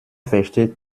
versteht